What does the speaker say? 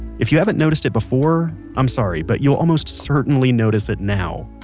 if you haven't noticed it before, i'm sorry, but you'll almost certainly notice it now.